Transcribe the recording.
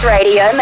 Radio